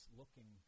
looking